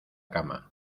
cama